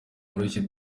woroshye